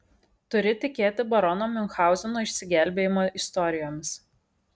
turi tikėti barono miunchauzeno išsigelbėjimo istorijomis